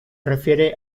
refiere